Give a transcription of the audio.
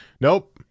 Nope